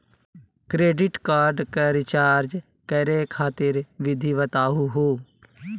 Credit card क recharge करै खातिर विधि बताहु हो?